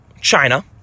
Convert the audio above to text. China